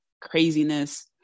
craziness